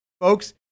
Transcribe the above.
folks